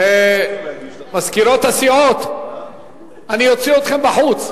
מזכירות הסיעות, אני אוציא אתכן בחוץ.